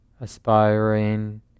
aspiring